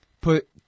put